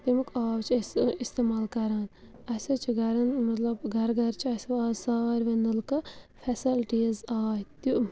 تمیُک آب چھِ أسۍ استعمال کَران اَسہِ حظ چھُ گَرَن مَطلَب گَرٕ گَرٕ چھِ اَسہِ آز سارونی نلکہٕ فیسَلٹیٖز آے تہِ